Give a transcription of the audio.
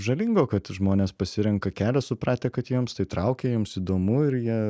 žalingo kad žmonės pasirenka kelią supratę kad jiems tai traukia jiems įdomu ir jie